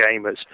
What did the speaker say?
gamers